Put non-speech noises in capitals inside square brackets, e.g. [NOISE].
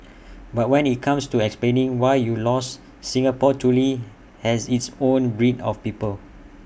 [NOISE] but when IT comes to explaining why you lost Singapore truly has its own breed of people